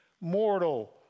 mortal